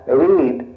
read